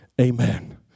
Amen